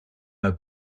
our